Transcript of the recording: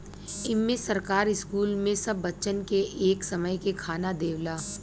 इम्मे सरकार स्कूल मे सब बच्चन के एक समय के खाना देवला